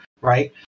Right